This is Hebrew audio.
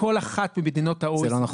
בכל אחת ממדינות ה-OECD --- זה לא נכון.